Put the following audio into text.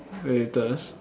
latest